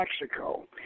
Mexico